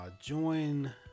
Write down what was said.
join